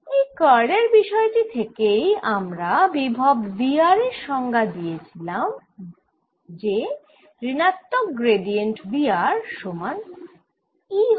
এই কার্ল এর বিষয় টি থেকেই আমরা বিভব V r এর সংজ্ঞা পেয়েছিলাম যে ঋণাত্মক গ্র্যাডিয়েন্ট V r সমান E হয়